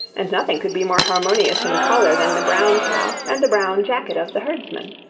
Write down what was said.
and nothing could be more harmonious in colour than the brown cow and the brown jacket of the herdsman.